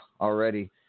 already